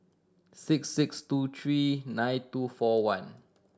six six two three nine two four one